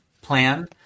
plan